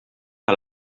que